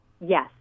Yes